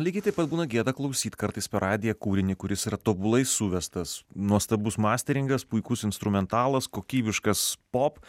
lygiai taip pat būna gėda klausyt kartais per radiją kūrinį kuris yra tobulai suvestas nuostabus masteringas puikus instrumentalas kokybiškas pop